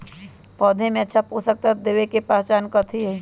पौधा में अच्छा पोषक तत्व देवे के पहचान कथी हई?